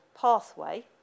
pathway